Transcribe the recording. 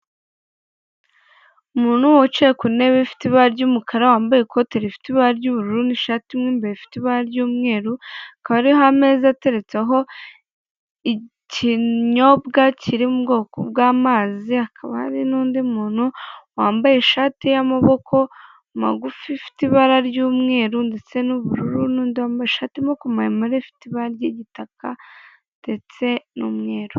Umuntu wicaye ku ntebe ifite ibara ry'umukara, wambaye ikote rifite ibara ry'ubururu n'ishati mo imbere ifite ibara ry'umweru, hakaba hariho ameza ateretseho ikinyobwa kiri mu bwoko bw'amazi, hakaba hari n'undi muntu wambaye ishati y'amaboko magufi ifite ibara ry'umweru ndetse n'ubururu, n'undi wambaye ishati y'amaboko maremare ifite ibara ry'igitaka ndetse n'umweru.